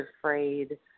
afraid